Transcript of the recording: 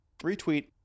retweet